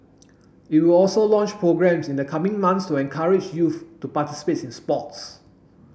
it will also launch programmes in the coming months to encourage youth to participates in sports